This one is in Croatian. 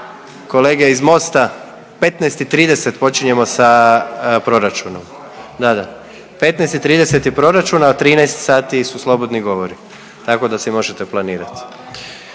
Kolege iz MOST-a 15 i 30 počinjemo sa proračunom. Da, da, 15 i 30 je proračun, a u 13 sati su slobodni govori. Tako da si možete planirati.